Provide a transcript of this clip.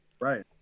Right